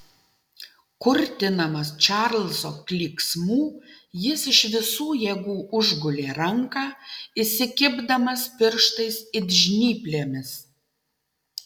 kurtinamas čarlzo klyksmų jis iš visų jėgų užgulė ranką įsikibdamas pirštais it žnyplėmis